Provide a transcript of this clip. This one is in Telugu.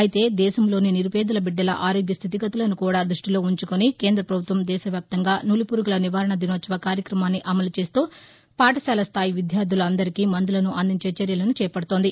అయితే దేశంలోని నిరుపేదల బిడ్డల ఆరోగ్య స్థితి గతులను కూడా దృష్టిలో ఉంచుకుని కేంద్ర పభుత్వం దేశ వ్యాప్తంగా నులిపురుగుల నివారణ దినోత్సవ కార్యక్రమాన్ని అమలు చేస్తూ పాఠశాలస్థాయి విద్యార్దులు అందరికీ మందులను అందించే చర్యలను చేపడుతోంది